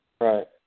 Right